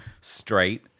straight